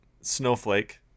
snowflake